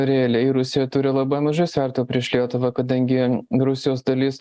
realiai rusija turi labai mažai svertų prieš lietuvą kadangi rusijos dalis